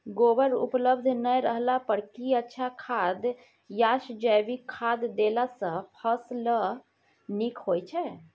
गोबर उपलब्ध नय रहला पर की अच्छा खाद याषजैविक खाद देला सॅ फस ल नीक होय छै?